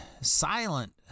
Silent